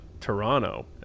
Toronto